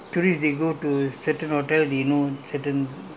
travel agent people they know lah because they frequent some